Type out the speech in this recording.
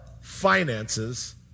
finances